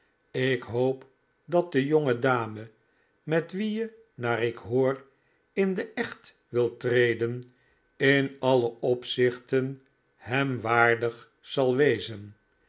ik hoop dat de jonge dame met wie je naar ik hoor in den echt wilt treden in alle opzichten hem waardig zal wezen